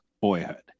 Boyhood